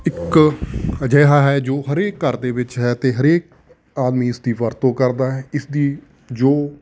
ਇੱਕ ਅਜਿਹਾ ਹੈ ਜੋ ਹਰੇਕ ਘਰ ਦੇ ਵਿੱਚ ਹੈ ਅਤੇ ਹਰੇਕ ਆਦਮੀ ਇਸ ਦੀ ਵਰਤੋਂ ਕਰਦਾ ਹੈ ਇਸਦੀ ਜੋ